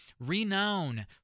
renowned